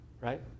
right